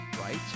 right